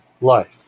life